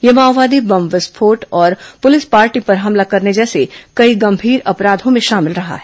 यह माओवादी बम विस्फोट और पुलिस पार्टी पर हमला करने जैसे कई गंभीर अपराधों में शामिल रहा है